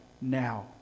now